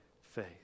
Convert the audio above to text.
faith